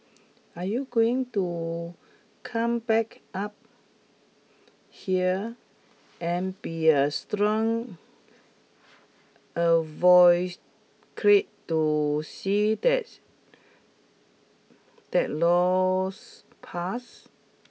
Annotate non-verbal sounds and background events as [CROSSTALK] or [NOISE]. are you going to come back up here and be a strong [UNINTELLIGIBLE] to see thats that law's pass